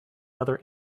other